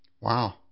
Wow